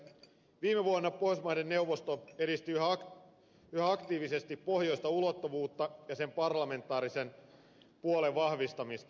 viime vuonna pohjoismaiden neuvosto edisti yhä aktiivisesti pohjoista ulottuvuutta ja sen parlamentaarisen puolen vahvistamista